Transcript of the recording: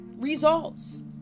results